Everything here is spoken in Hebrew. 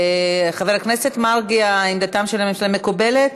חבר הכנסת מרגי, עמדתה של הממשלה מקובלת?